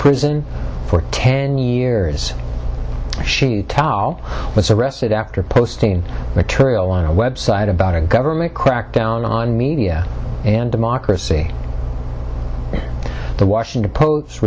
prison for ten years she tell its arrested after posting material on a website about a government crackdown on media and democracy the washington post